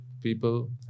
people